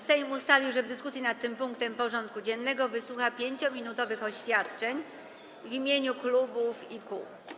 Sejm ustalił, że w dyskusji nad tym punktem porządku dziennego wysłucha 5-minutowych oświadczeń w imieniu klubów i kół.